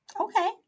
Okay